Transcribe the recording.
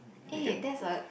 eh that's a